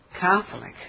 Catholic